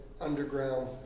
underground